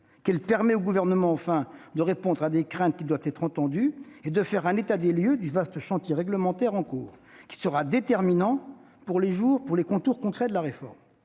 permet au Gouvernement de répondre à des craintes qui doivent être entendues et de faire un état des lieux du vaste chantier réglementaire en cours, qui sera déterminant pour les contours concrets de la réforme.